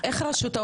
דרך מייל?